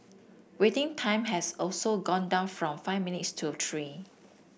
waiting time has also gone down from five minutes to three